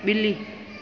बि॒ली